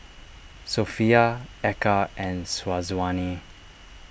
Sofea Eka and Syazwani